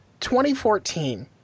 2014